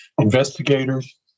investigators